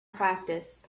practice